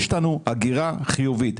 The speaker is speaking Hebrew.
יש אלינו הגירה חיובית.